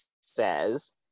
says